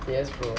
yes bro